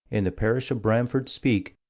in the parish of bramford speke,